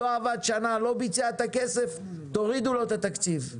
לא עבד שנה, לא ביצע את הכסף תורידו לו את התקציב.